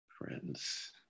friends